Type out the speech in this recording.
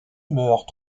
meurt